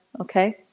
okay